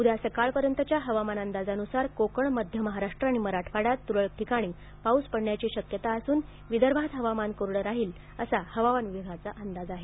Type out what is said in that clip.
उद्या सकाळपर्यंतच्या हवामान अंदाजानुसार कोकण मध्य महाराष्ट्र आणि मराठवाड्यात तुरळक ठिकाणी पाऊस पडण्याची शक्यता असून विदर्भात हवामान कोरडं राहील असा हवामान विभागाचा अंदाज आहे